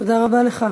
תודה רבה לך.